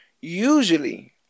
usually